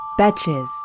Betches